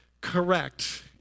correct